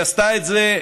היא עשתה את זה,